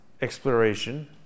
exploration